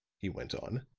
he went on,